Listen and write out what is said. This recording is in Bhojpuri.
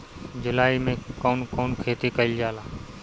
जुलाई मे कउन कउन खेती कईल जाला?